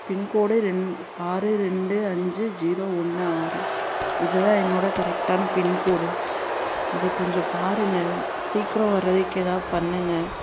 pincode ரெண் ஆறு ரெண்டு அஞ்சு ஜீரோ ஒன்று ஆறு இது தான் என்னோடய கரெக்டான பின்கோடு இது கொஞ்சம் பாருங்கள் சீக்கிரம் வர்றதுக்கு ஏதாவது பண்ணுங்கள்